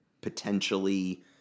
potentially